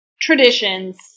traditions